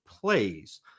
plays